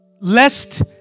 Lest